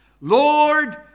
Lord